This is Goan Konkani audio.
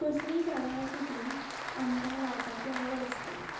कसलींय झाडां आसूं ती आमकां लावपाची आवड आसपाक जाय